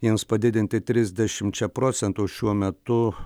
jiems padidinti trisdešimčia procentų šiuo metu